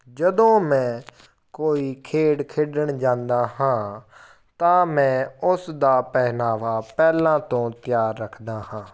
ਜਦੋਂ ਮੈਂ ਕੋਈ ਖੇਡ ਖੇਡਣ ਜਾਂਦਾ ਹਾਂ ਤਾਂ ਮੈਂ ਉਸ ਦਾ ਪਹਿਨਾਵਾ ਪਹਿਲਾਂ ਤੋਂ ਤਿਆਰ ਰੱਖਦਾ ਹਾਂ